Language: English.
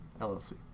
LLC